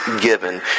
given